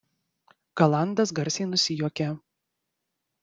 galandas garsiai nusijuokė